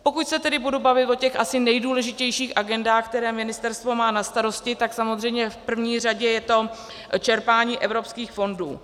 Pokud se tedy budu bavit o těch asi nejdůležitějších agendách, které ministerstvo má na starosti, tak samozřejmě v první řadě je to čerpání evropských fondů.